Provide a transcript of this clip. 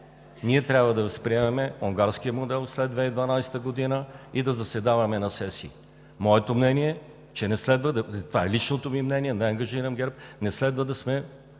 ние трябва да възприемем унгарския модел след 2012 г. и да заседаваме на сесии. Моето мнение е, че не следва – това е личното ми мнение, не ангажирам ГЕРБ, не следва да сме